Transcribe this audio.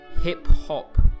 Hip-hop